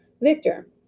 Victor